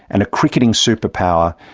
and a cricketing superpower,